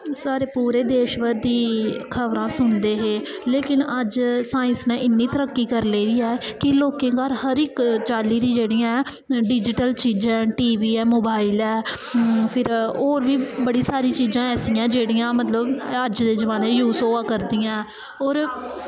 सारे पूरे देश भर दी खबरां सुनदे हे लेकिन अज्ज साइंस ने इ'न्नी तरक्की करी लेई ऐ कि लोकें दे घर हर इक चाल्ली दी जेह्ड़ियां ऐं डिजिटल चीजां न टी वी ऐ मोबाइल ऐ फिर होर बी बड़ियां सारियां चीज़ां ऐसियां जेह्ड़ियां मतलब अज्ज दे जमान्ने च यूज़ होआ करदियां होर